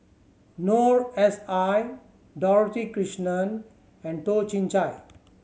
Noor S I Dorothy Krishnan and Toh Chin Chye